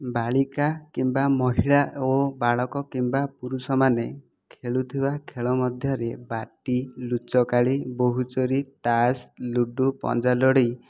ବାଳିକା କିମ୍ବା ମହିଳା ଓ ବାଳକ କିମ୍ବା ପୁରୁଷମାନେ ଖେଳୁଥିବା ଖେଳ ମଧ୍ୟରେ ବାଟି ଲୁଚକାଳି ବୋହୁଚୋରି ତାସ୍ ଲୁଡୁ ପଞ୍ଝା ଲଢ଼େଇ